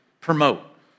promote